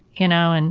you know, and